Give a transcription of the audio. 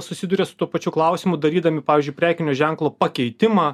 susiduria su tuo pačiu klausimu darydami pavyzdžiui prekinio ženklo pakeitimą